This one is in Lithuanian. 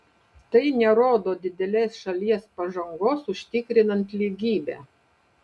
tai nerodo didelės šalies pažangos užtikrinant lygybę